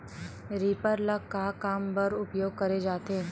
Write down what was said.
Reaper ल का काम बर उपयोग करे जाथे?